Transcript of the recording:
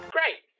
Great